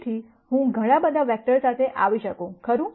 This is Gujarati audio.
તેથી હું ઘણા બધા વેક્ટર સાથે આવી શકું ખરું